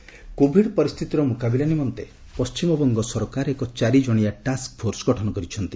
WB covid covid ପରିସ୍ଥିତିର ମୁକାବିଲା ନିମନ୍ତେ ପଣ୍ଟିମବଙ୍ଗ ସରକାର ଏକ ଚାରିଜଣିଆ ଟାସ୍କ ଫୋର୍ସ ଗଠନ କରିଛନ୍ତି